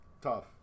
Tough